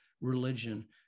religion